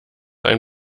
ein